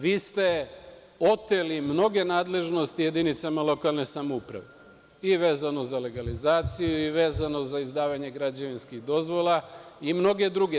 Vi ste oteli mnoge nadležnosti jedinicama lokalne samouprave, i vezano za legalizaciju i vezano za izdavanje građevinskih dozvola i mnoge druge.